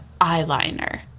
eyeliner